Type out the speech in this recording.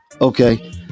Okay